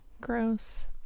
Gross